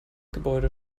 gebäude